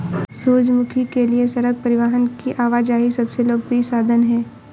सूरजमुखी के लिए सड़क परिवहन की आवाजाही सबसे लोकप्रिय साधन है